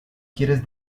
quieres